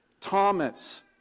Thomas